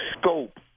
scope